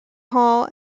hall